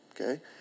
Okay